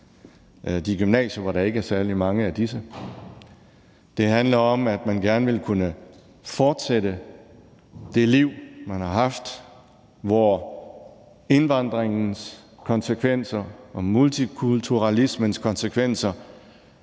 de gymnasier, hvor der ikke er særlig mange af disse. Det handler om, at man gerne vil kunne fortsætte det liv, man har haft, hvor indvandringens konsekvenser og multikulturalismens konsekvenser